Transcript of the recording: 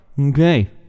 Okay